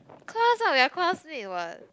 of course lah we are classmate what